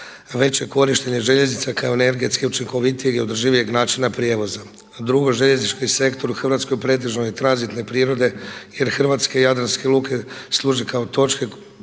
veće korištenje željeznica kao energetski učinkovitijeg i održivijeg načina prijevoza. A drugo, željeznički sektor u Hrvatskoj pretežno je tranzitne prirode, jer hrvatske jadranske luke služe kao točke